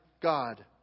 God